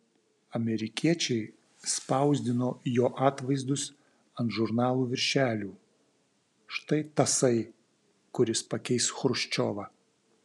amerikiečiai spausdino jo atvaizdus ant žurnalų viršelių štai tasai kuris pakeis chruščiovą